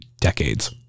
decades